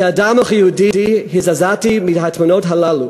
כאדם וכיהודי הזדעזעתי מהתמונות הללו,